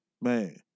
Man